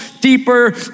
deeper